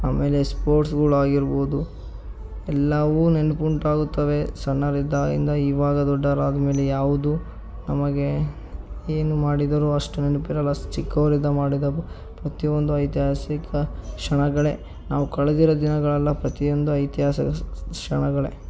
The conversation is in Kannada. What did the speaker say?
ಆಮೇಲೆ ಸ್ಪೋರ್ಟ್ಸ್ಗಳಾಗಿರ್ಬೋದು ಎಲ್ಲವೂ ನೆನಪು ಉಂಟಾಗುತ್ತವೆ ಸಣ್ಣವರಿದ್ದಾಗಿಂದ ಇವಾಗ ದೊಡ್ಡವ್ರಾದ್ಮೇಲೆ ಯಾವುದು ನಮಗೆ ಏನು ಮಾಡಿದರೂ ಅಷ್ಟು ನೆನೆಪಿರಲ್ಲ ಚಿಕ್ಕೋವ್ರಿಂದ ಮಾಡಿದ ಪ್ರತಿಯೊಂದೂ ಐತಿಹಾಸಿಕ ಕ್ಷಣಗಳೇ ನಾವು ಕಳೆದಿರೋ ದಿನಗಳೆಲ್ಲ ಪ್ರತಿಯೊಂದೂ ಐತಿಹಾಸಿಕ ಕ್ಷಣಗಳೇ